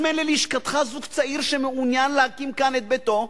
הזמן ללשכתך זוג צעיר שמעוניין להקים כאן את ביתו,